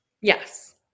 Yes